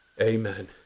Amen